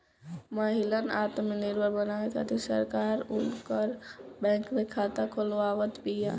महिलन आत्मनिर्भर बनावे खातिर सरकार उनकर बैंक में खाता खोलवावत बिया